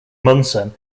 munson